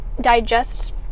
digest